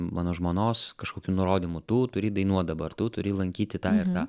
mano žmonos kažkokių nurodymų tu turi dainuot dabar tu turi lankyti tą ir tą